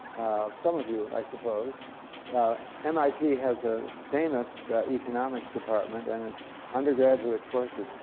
some of you, i suppose mit has a famous economics department and undergraduate courses.